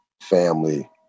family